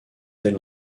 elle